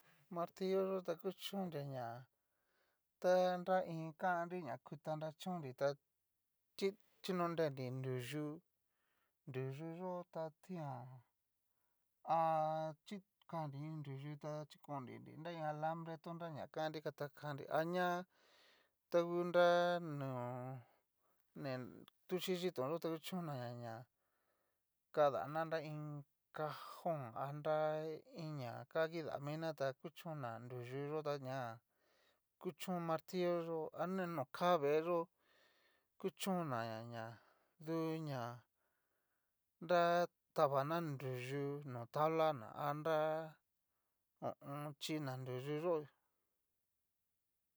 Martillo ta kuchonria ná, ta nra iin kandri na kuta nrachónnri tá chinronre'nri nruyú, nruyu yó ta tian ha chikanri iin nruyu ta chikonnrinri nria iin alabre taó naña kannri katakanri aña ta ngu nra no. ne tuxhi xhitón ta kuchon naña ná, kadana nra iin cajón anra iin ña kida miná ta kuchón na nruyu yó ta ña jan kuchón martillo yó'o ani no ká vée yó kuchon naña duña nra tabana nruyú no tabla ná nra ho o on. xhina nruyú yó'o.